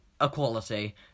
equality